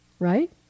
Right